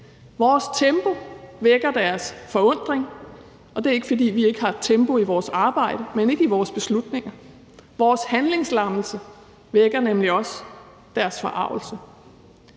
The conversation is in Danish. Vores tempo vækker deres forundring, og det er ikke, fordi vi ikke har tempo i vores arbejde, men fordi vi ikke har det i vores beslutninger. Vores handlingslammelse vækker nemlig også deres forargelse.